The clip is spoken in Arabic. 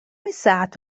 الساعة